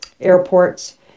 airports